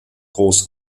gross